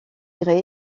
grès